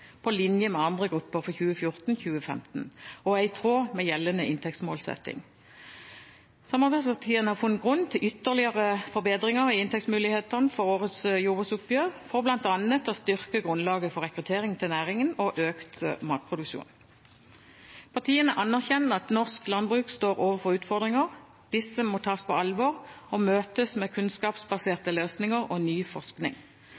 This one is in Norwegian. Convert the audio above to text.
på linje med andre grupper for 2014–2015, og at det er i tråd med gjeldende inntektsmålsetting. Samarbeidspartiene har funnet grunn til ytterligere forbedringer i inntektsmulighetene for årets jordbruksoppgjør, for bl.a. å styrke grunnlaget for rekruttering til næringen og økt matproduksjon. Samarbeidspartiene anerkjenner at norsk landbruk står overfor utfordringer. Disse må tas på alvor og møtes med kunnskapsbaserte løsninger og ny forskning.